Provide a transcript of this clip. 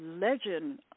Legend